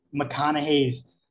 McConaughey's